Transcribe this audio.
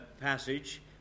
passage